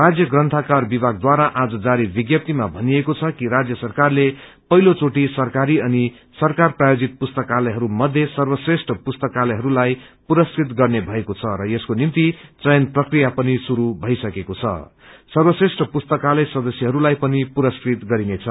राज्य ग्रंथाकार विभागद्वारा आज जारी विज्ञप्तीामा भनिएको छ कि राजय सरकारले पहिलो चोटि सरकारी अनि सरकार प्रायोजित पुस्तकालयहरू मध्ये सर्वश्रेष्ठ पुस्तकालयहरूलाई पुरस्कृत गर्ने भएको छ र यसको निम्ति चयन प्रक्रिया पनि शुरू भईसकेको छ सर्वश्रेष्ठ पुस्तालय सदस्यहरूलाइ पनि पुरस्कृत गरिनेछ